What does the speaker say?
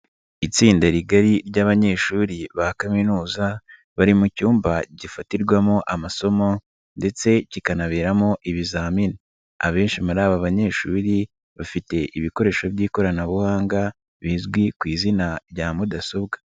Itsinda rigari ry'abanyeshuri ba kaminuza bari mu cyumba gifatirwamo amasomo ndetse kikanaberamo ibizamini, abenshi muri aba banyeshuri bafite ibikoresho by'ikoranabuhanga bizwi ku izina rya mudasobwa.